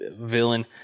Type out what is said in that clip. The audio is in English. villain